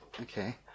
Okay